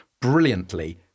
brilliantly